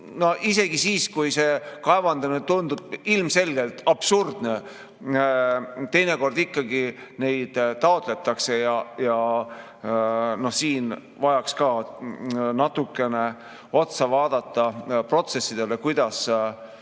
Isegi siis, kui kaevandamine tundub ilmselgelt absurdne, teinekord ikkagi neid taotletakse. Siin oleks ka vaja natukene otsa vaadata protsessidele, kuidas